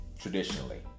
traditionally